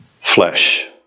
Flesh